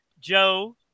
Joe